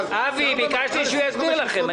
אבי, ביקשתי שהוא יסביר לכם.